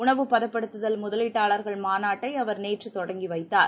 உணவு பதப்படுத்துதல் முதலீட்டாளர்கள் மாநாட்டை அவர் நேற்றுத் தொடங்கி வைத்தார்